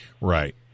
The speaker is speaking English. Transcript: Right